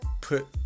put